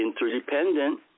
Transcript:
interdependent